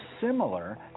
similar